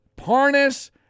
Parnas